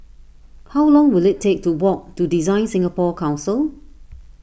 how long will it take to walk to Design Singapore Council